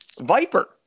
Viper